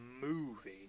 movie